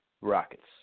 Rockets